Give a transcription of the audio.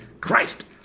Christ